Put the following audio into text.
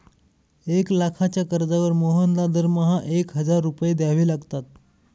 एक लाखाच्या कर्जावर मोहनला दरमहा एक हजार रुपये द्यावे लागतात